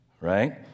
Right